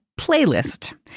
Playlist